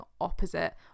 opposite